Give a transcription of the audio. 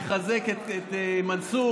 מחזק את מנסור,